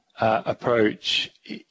approach